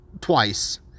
twice